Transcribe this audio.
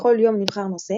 בכל יום נבחר נושא,